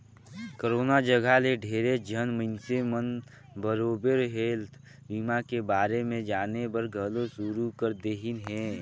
corona जघा ले ढेरेच झन मइनसे मन बरोबर हेल्थ बीमा के बारे मे जानेबर घलो शुरू कर देहिन हें